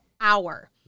hour